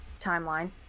Timeline